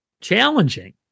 challenging